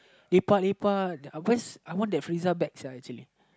lepak lepak because I want that Friza back sia actually